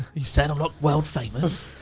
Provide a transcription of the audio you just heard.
you saying i'm not world famous?